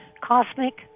Cosmic